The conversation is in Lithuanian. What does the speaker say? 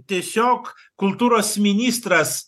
tiesiog kultūros ministras